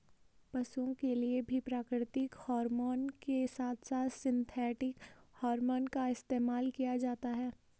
पशुओं के लिए भी प्राकृतिक हॉरमोन के साथ साथ सिंथेटिक हॉरमोन का इस्तेमाल किया जाता है